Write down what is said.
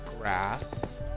grass